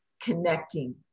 connecting